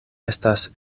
estas